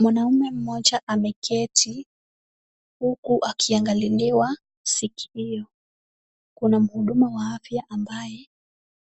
Mwanaume mmoja ameketi huku akiangaliliwa sikio. Kuna muhuduma wa afya ambaye